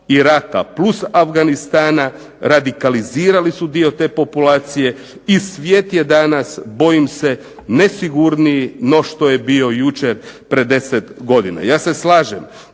Iraka plus Afganistana radikalizirali su dio te populacije i svijet je danas bojim se nesigurniji no što je bio jučer prije 10 godina. Ja se slažem